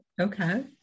okay